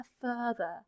further